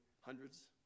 hundreds